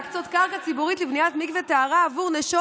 להקצות קרקע ציבורית לבניית מקווה טהרה עבור נשות